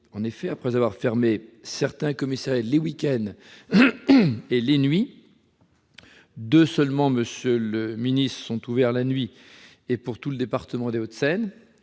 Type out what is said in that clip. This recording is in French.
En effet, après avoir fermé certains commissariats les week-ends et les nuits- seuls deux sont ouverts la nuit pour tout le département des Hauts-de-Seine,